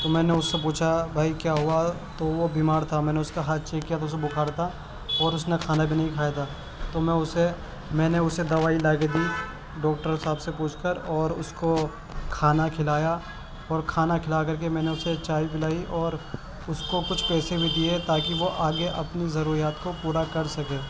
تو میں نے اس پوچھا بھائی کیا ہوا تو وہ بیمار تھا میں نے اس کا ہاتھ چیک کیا تو اسے بخار تھا اور اس نے کھانا بھی نہیں کھایا تھا تو میں اسے میں نے اسے دوائی لا کے دی ڈاکٹر صاحب سے پوچھ کر اور اس کو کھانا کھلایا اور کھانا کھلا کرکے میں نے اسے چائے پلائی اور اس کو کچھ پیسے بھی دیئے تاکہ وہ آگے اپنی ضروریات کو پورا کرسکے